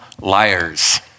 liars